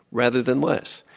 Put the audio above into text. rather than less.